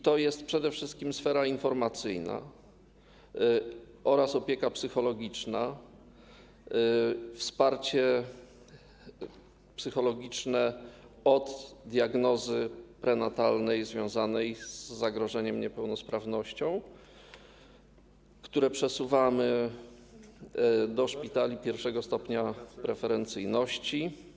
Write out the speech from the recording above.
To jest przede wszystkim sfera informacyjna, opieka psychologiczna oraz wsparcie psychologiczne, jeśli chodzi o diagnozę prenatalną związaną z zagrożeniem niepełnosprawnością, które przesuwamy do szpitali pierwszego stopnia preferencyjności.